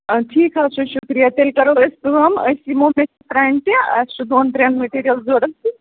ٹھیٖک حظ چھُ شُکریہ تیٚلہِ کَرو أسۍ کٲم أسۍ یِمو مےٚ چھِ فرٛینٛڈ تہِ اَسہِ چھُ دۄن ترٛٮ۪ن میٹیٖریل ضوٚرَتھ